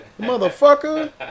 motherfucker